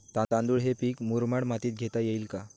तांदूळ हे पीक मुरमाड मातीत घेता येईल का?